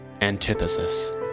Antithesis